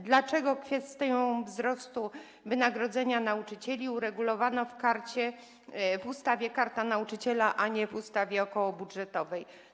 Dlaczego kwestię wzrostu wynagrodzenia nauczycieli uregulowano w ustawie Karta Nauczyciela, a nie w ustawie okołobudżetowej?